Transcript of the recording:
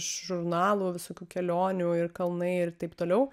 iš žurnalų visokių kelionių ir kalnai ir taip toliau